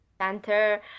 center